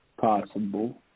Possible